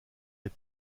les